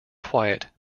quiet